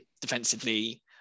defensively